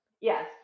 yes